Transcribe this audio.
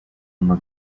anno